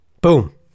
Boom